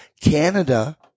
Canada